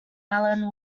allan